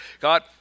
God